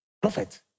prophet